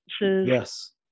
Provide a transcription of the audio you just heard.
Yes